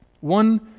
One